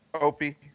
Opie